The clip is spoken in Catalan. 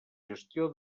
gestió